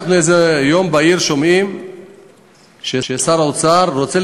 יום בהיר אנחנו שומעים ששר האוצר רוצה